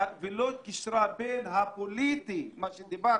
היא לא קישרה בין הפוליטי, מה שדיברתי,